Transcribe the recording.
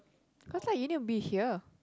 cause like you need to be here